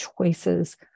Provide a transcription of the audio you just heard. choices